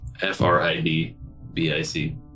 F-R-I-D-B-I-C